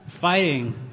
Fighting